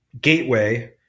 gateway